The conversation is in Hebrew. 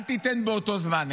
אל תיתן באותו זמן.